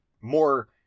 more